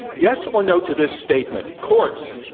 yes, or, no, to this statement, courts,